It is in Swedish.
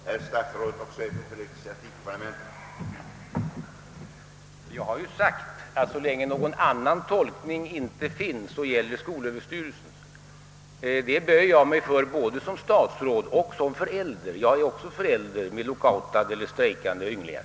Herr talman! Jag har sagt att så länge någon annan tolkning inte finns gäller skolöverstyrelsens. Det böjer jag mig för både som statsråd och som förälder. Jag är också förälder med lockoutade eller strejkande ynglingar.